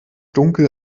dunkel